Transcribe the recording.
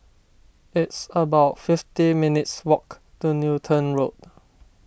it's about fifty minutes' walk to Newton Road